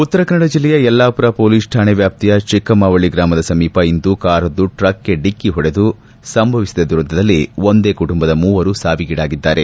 ಉತ್ತರ ಕನ್ನಡ ಜಿಲ್ಲೆಯ ಯಲ್ಲಾಪುರ ಮೊಲೀಸ್ ಠಾಣೆ ವ್ಯಾಪ್ತಿಯ ಚಿಕ್ಕಮಾವಳ್ಳ ಗ್ರಾಮದ ಸಮೀಪ ಇಂದು ಕಾರೊಂದು ಟ್ರಕ್ಗೆ ಡಿಕ್ಕಿ ಹೊಡೆದು ಸಂಭವಿಸಿದ ದುರಂತದಲ್ಲಿ ಒಂದೇ ಕುಟುಂಬದ ಮೂವರು ಸಾವಿಗೀಡಾಗಿದ್ದಾರೆ